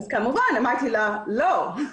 כמובן, אמרתי לה שלא.